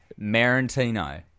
Marantino